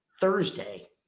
Thursday